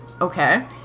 Okay